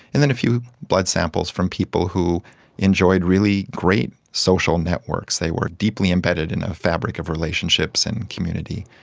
and then a few blood samples from people who enjoyed really great social networks, they were deeply embedded in in a fabric of relationships and community.